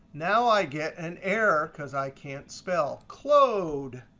now i get an error because i can't spell, clode.